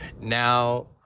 now